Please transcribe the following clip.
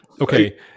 okay